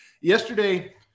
Yesterday